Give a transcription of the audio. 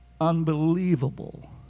unbelievable